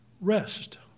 Rest